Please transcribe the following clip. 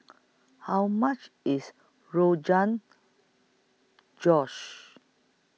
How much IS Rogan Josh